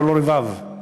ללא רבב,